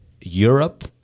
Europe